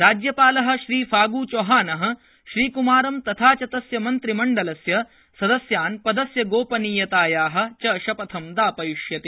राज्यपालः श्रीफाग्रचौहानः श्रीक्मारं तथा च तस्य मन्त्रिमण्डलस्य सदस्यान् पदस्य गोपनीयतायाः च शपथं दापयिष्यति